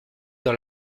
dans